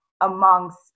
amongst